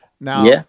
Now